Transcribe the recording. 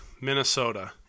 Minnesota